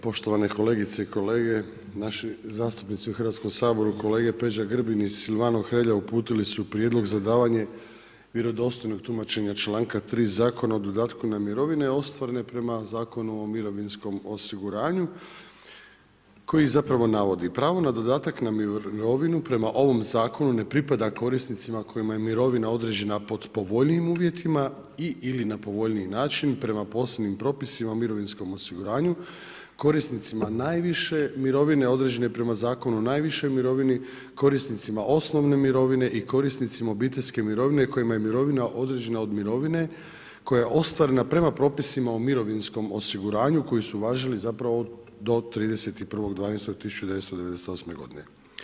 Poštovane kolegice i kolege, naši zastupnici u Hrvatskom saboru kolege Peđa Grbin i Silvano Hrelja uputili su prijedlog za davanje vjerodostojnog tumačenje čl. 3. Zakona o dodatku na mirovine ostvarene prema Zakonu o mirovinskom osiguranju koji zapravo navodi: Pravo na dodatak na mirovinu prema ovom Zakonu ne pripada korisnicima kojima je mirovina određena pod povoljnijim uvjetima i/ili na povoljniji način prema posebnim propisima o mirovinskom osiguranju korisnicima najviše mirovine određene prema Zakonu o najvišoj mirovini, korisnicima osnovne mirovine i korisnicima obiteljske mirovine kojima je mirovina određena od mirovina koja je ostvarena prema propisima o mirovinskom osiguranju koji su važili zapravo do 31.12.1998. godine.